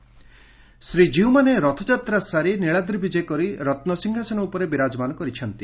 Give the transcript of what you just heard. ବନକଲାଗି ଶ୍ରୀଜୀଉମାନେ ରଥଯାତ୍ରା ସାରି ନୀଳାଦ୍ରି ବିଜେ କରି ରତ୍ସିଂହାସନ ଉପରେ ବିରାଜମାନ କରିଛନ୍ତି